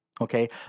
okay